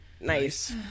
Nice